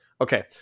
okay